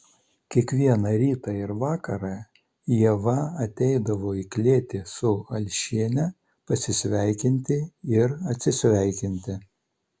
kiekvieną rytą ir vakarą ieva ateidavo į klėtį su alšiene pasisveikinti ir atsisveikinti